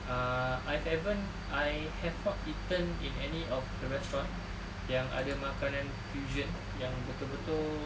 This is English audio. uh I haven't I have not eaten in any of the restaurants yang ada makanan fusion yang betul-betul